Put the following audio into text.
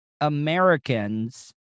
Americans